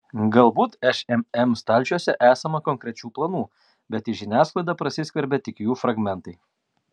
galbūt šmm stalčiuose esama konkrečių planų bet į žiniasklaidą prasiskverbia tik jų fragmentai